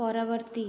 ପରବର୍ତ୍ତୀ